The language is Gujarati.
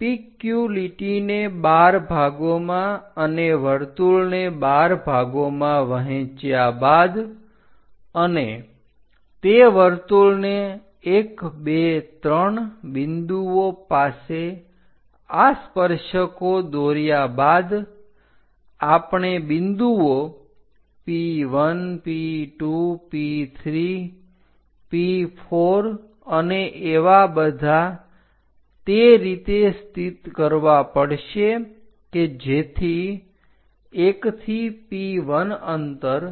PQ લીટીને 12 ભાગોમાં અને વર્તુળને 12 ભાગોમાં વહેંચ્યા બાદ અને તે વર્તુળને 123 બિંદુઓ પાસે આ સ્પર્શકો દોર્યા બાદ આપણે બિંદુઓ P1P2P3P4 અને એવા બધા તે રીતે સ્થિત કરવા પડશે કે જેથી 1 થી P1 અંતર